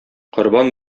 корбан